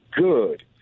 good